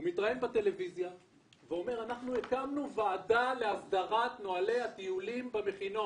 הוא מתראיין בטלוויזיה ואומר שהקימו ועדה להסדרת נהלי הטיולים במכינות.